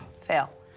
Fail